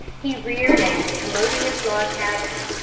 he reared a commodious log cabin.